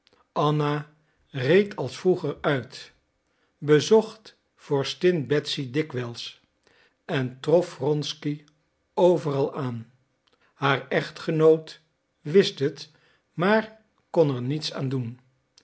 anna reed als vroeger uit bezocht vorstin betsy dikwijls en trof wronsky overal aan haar echtgenoot wist het maar kon er niets aan doen